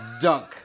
dunk